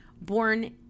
born